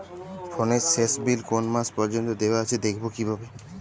ফোনের শেষ বিল কোন মাস পর্যন্ত দেওয়া আছে দেখবো কিভাবে?